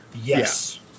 Yes